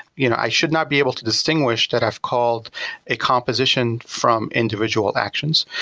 you know i should not be able to distinguish that i've called a composition from individual actions,